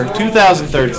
2013